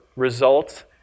results